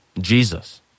Jesus